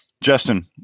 Justin